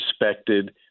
respected